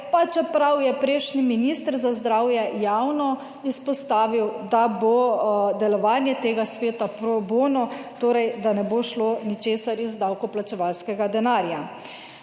pa čeprav je prejšnji minister za zdravje javno izpostavil, da bo delovanje tega sveta pro bono, torej, da ne bo šlo ničesar iz davkoplačevalskega denarja.